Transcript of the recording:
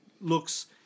looks